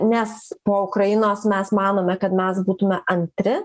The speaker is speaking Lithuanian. nes po ukrainos mes manome kad mes būtume antri